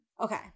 Okay